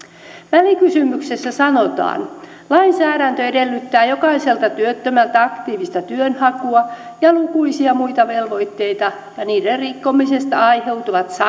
välikysymyksessä sanotaan lainsäädäntö edellyttää jokaiselta työttömältä aktiivista työnhakua ja lukuisia muita velvoitteita ja niiden rikkomisesta aiheutuvat